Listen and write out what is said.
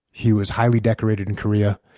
he was highly decorated in korea.